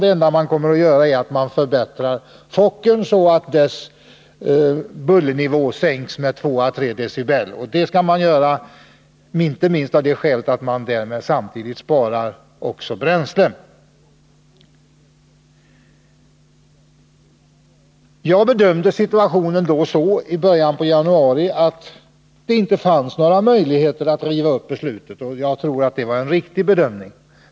Det enda Linjeflyg tänker göra är att förbättra Fokkerplanen, så att deras bullernivå sänks med 2 å 3 dB. Skälet till detta är inte minst att Linjeflyg därmed också sparar bränsle. Jag bedömde situationen i början av januari så, att det inte fanns några möjligheter att riva upp riksdagens beslut från december — och jag tror att det var en riktig bedömning.